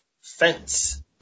fence